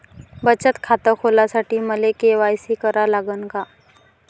बचत खात खोलासाठी मले के.वाय.सी करा लागन का?